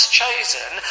chosen